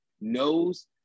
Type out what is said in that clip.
knows